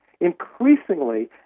Increasingly